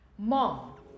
mom